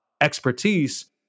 expertise